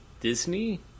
Disney